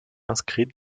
inscrite